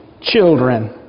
children